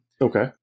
okay